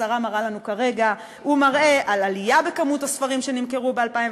שהשרה מראה לנו כרגע: הוא מראה עלייה בכמות הספרים שנמכרו ב-2015,